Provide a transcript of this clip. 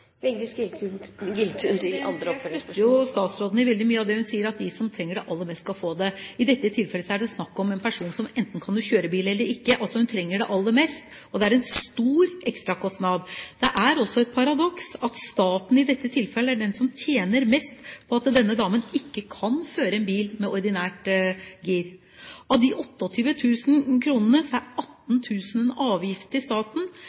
det snakk om en person som enten kan kjøre bil, eller ikke – altså trenger hun det aller mest, og det er en stor ekstrakostnad. Det er også et paradoks at staten i dette tilfellet er den som tjener mest på at denne damen ikke kan føre en bil med ordinært gir. Av de 28 000 kr er 18 000 kr avgift til staten.